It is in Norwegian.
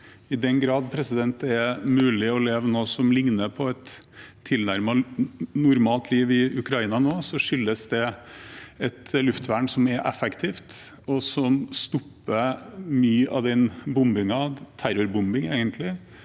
I den grad det er mulig å leve noe som ligner på et tilnærmet normalt liv i Ukraina nå, skyldes det et luftvern som er effektivt, og som stopper mye av den bombingen – terrorbombingen, egentlig